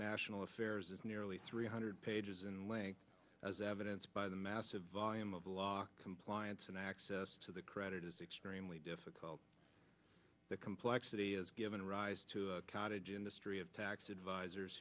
national affairs is nearly three hundred pages in length as evidence by the massive volume of block compliance and access to the credit is extremely difficult the complexity has given rise to a cottage industry of tax advisors